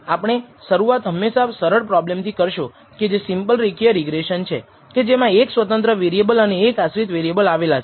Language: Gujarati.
આપણે શરૂઆત હંમેશા સરળ પ્રોબ્લેમથી કરશો કે જે સીંપલ રેખીય રિગ્રેસન છે કે જેમાં એક સ્વતંત્ર વેરિએબલ અને એક આશ્રિત વેરિએબલ આવેલા છે